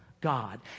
God